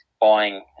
buying